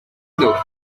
vino